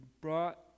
brought